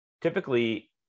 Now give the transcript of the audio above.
typically